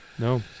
No